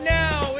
now